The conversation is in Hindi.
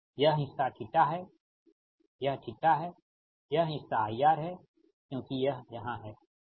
यह हिस्सा θ है यह θ है यह हिस्सा IR है क्योंकि यह यहाँ है